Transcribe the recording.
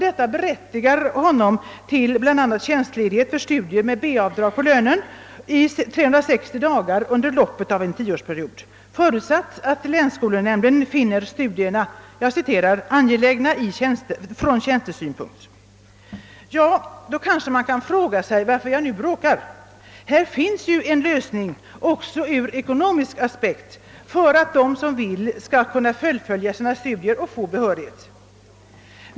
Detta berättigar honom till bl.a. tjänstledighet för studier med B-avdrag på lönen i 360 dagar under loppet av en tioårsperiod, förutsatt att länsskolnämnden finner studierna »angelägna «från tjänstesynpunkt». Ja, då kanske man kan fråga sig varför jag nu bråkar. Det finns ju en lösning också ur ekonomisk aspekt så att de som vill skall kunna fullfölja sina studier och få behörighet.